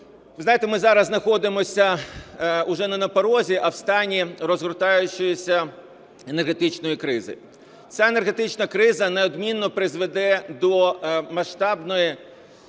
знаєте, ми зараз знаходимося уже не на порозі, а в стані розгортаючоїся енергетичної кризи. Ця енергетична криза неодмінно призведе до масштабної